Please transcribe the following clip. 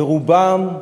ורובן,